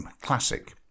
Classic